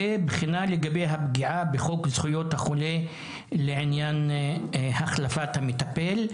ובחינה לגבי הפגיעה בחוק זכויות החולה לעניין החלפת המטפל.